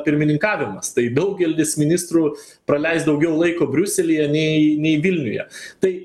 pirmininkavimas tai daugelis ministrų praleis daugiau laiko briuselyje nei nei vilniuje tai